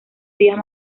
días